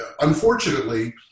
Unfortunately